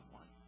one